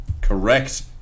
correct